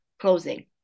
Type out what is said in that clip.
closing